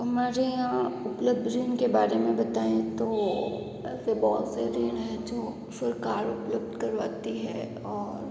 हमारे यहाँ उपलब्ध इनके बारे में बताएं तो ऐसे बहुत से ऋण है जो सरकार उपलब्ध करवाती है और